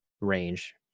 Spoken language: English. range